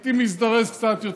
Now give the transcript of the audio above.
הייתי מזדרז קצת יותר.